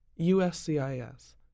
USCIS